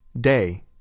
Day